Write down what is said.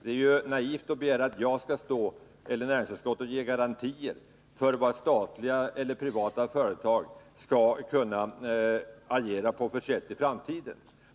Det är ju naivt att begära att jag eller näringsutskottet skall ge garantier för hur statliga eller privata företag skall kunna agera i framtiden.